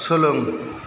सोलों